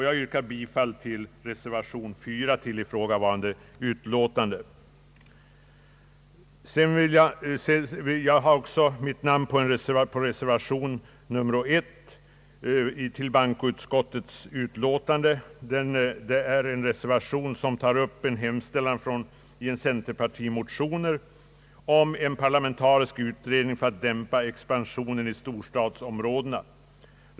Jag har också mitt namn under reservation 1 till bankoutskottets utlåtande nr 39. Denna reservation tar upp en hemställan i centerpartimotionen om en parlamentarisk utredning för att dämpa expansionen i storstadsområdena.